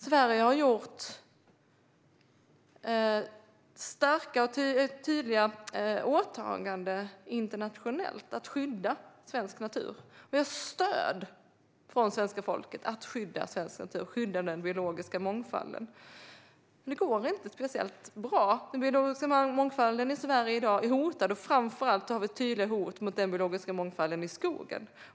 Sverige har gjort starka och tydliga åtaganden internationellt att skydda svensk natur och den biologiska mångfalden och har stöd i detta från svenska folket. Men det går inte speciellt bra. Den biologiska mångfalden i Sverige i dag är hotad, och framför allt har vi tydliga hot mot den biologiska mångfalden i skogen.